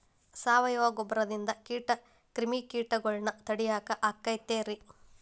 ಸಾವಯವ ಗೊಬ್ಬರದಿಂದ ಕ್ರಿಮಿಕೇಟಗೊಳ್ನ ತಡಿಯಾಕ ಆಕ್ಕೆತಿ ರೇ?